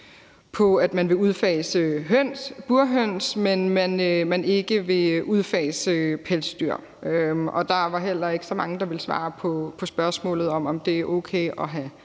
man vil udfase burhøns, mens man ikke vil udfase pelsdyr. Der var heller ikke så mange, der ville svare på spørgsmålet om, om det er okay at have nogle